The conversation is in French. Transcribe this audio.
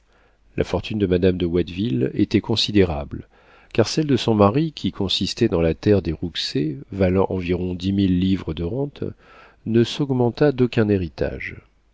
la fortune de madame de watteville était considérable car celle de son mari qui consistait dans la terre de rouxey valant environ dix mille livres de rente ne s'augmenta d'aucun héritage